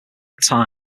atomic